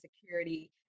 Security